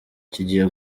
kigiye